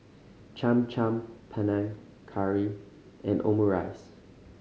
Cham Cham Panang Curry and Omurice